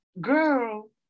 Girl